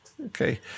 Okay